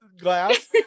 glass